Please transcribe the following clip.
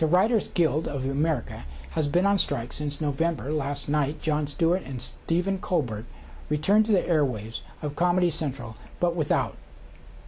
to writers guild of america has been on strike since november last night jon stewart and stephen colbert returned to the airwaves of comedy central but without